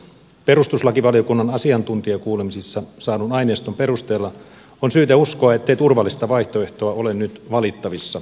perustuslakivaliokunnan asiantuntijakuulemisissa saadun aineiston perusteella on syytä uskoa ettei turvallista vaihtoehtoa ole nyt valittavissa